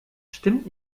stimmt